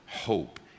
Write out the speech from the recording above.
hope